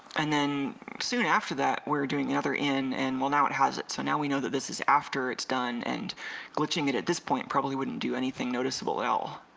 and then soon after that we're doing another in and well now it has it so now we know that this is after it's done and glitching at this point probably wouldn't do anything noticeable at all.